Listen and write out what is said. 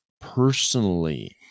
personally